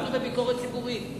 ועמדנו בביקורת ציבורית.